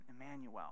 Emmanuel